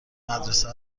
مدرسه